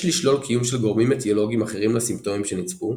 יש לשלול קיום של גורמים אטיולוגיים אחרים לסימפטומים שנצפו,